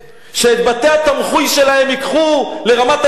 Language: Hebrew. שאת בתי-התמחוי שלהם ייקחו לרמת-אביב ג',